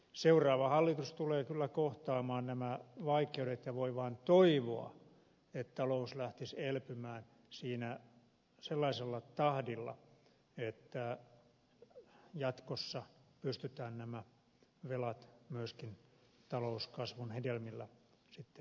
seuraava hallitus tulee kyllä kohtaamaan nämä vaikeudet ja voi vaan toivoa että talous lähtisi elpymään sellaisella tahdilla että jatkossa pystytään nämä velat myöskin talouskasvun hedelmillä maksamaan